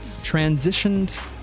transitioned